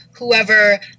whoever